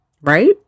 right